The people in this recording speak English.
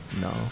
No